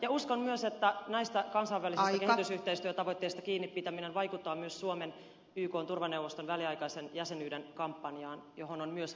ja uskon myös että näistä kansainvälisistä kehitysyhteistyötavoitteista kiinnipitäminen vaikuttaa myös suomen ykn turvaneuvoston väliaikaisen jäsenyyden kampanjaan johon on myös varattu kehysbudjetissa rahaa